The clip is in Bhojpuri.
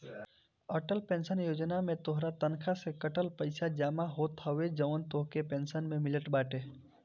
अटल पेंशन योजना में तोहरे तनखा से कटल पईसा जमा होत हवे जवन तोहके पेंशन में मिलत बाटे